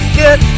get